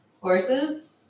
Horses